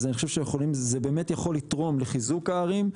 זה באמת יכול לתרום לחיזוק הערים,